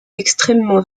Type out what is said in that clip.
extrêmement